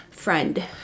friend